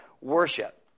worship